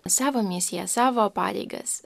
savo misiją savo pareigas